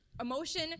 emotion